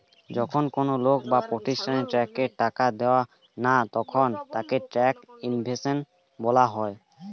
যখন কোন লোক বা প্রতিষ্ঠান ট্যাক্সের টাকা দেয় না তখন তাকে ট্যাক্স ইভেশন বলা হয়